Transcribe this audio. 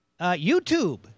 YouTube